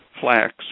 Flax